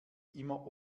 immer